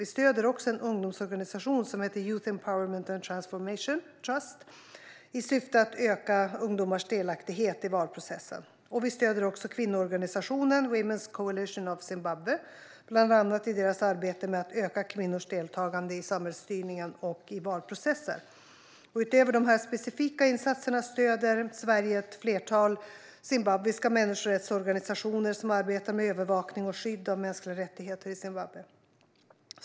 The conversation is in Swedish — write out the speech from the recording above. Vi stöder också en ungdomsorganisation som heter Youth Empowerment and Transformation Trust i syfte att öka ungdomars delaktighet i valprocessen. Vi stöder också kvinnoorganisationen Women's Coalition of Zimbabwe bland annat i deras arbete med att öka kvinnors deltagande i samhällsstyrningen och i valprocesser. Utöver dessa specifika insatser stöder Sverige ett flertal zimbabwiska människorättsorganisationer som arbetar med övervakning och skydd av mänskliga rättigheter i Zimbabwe.